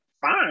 Fine